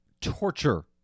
torture